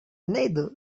neither